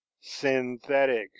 SYNTHETIC